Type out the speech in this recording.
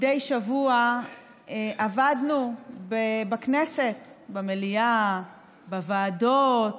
מדי שבוע עבדנו בכנסת, במליאה, בוועדות,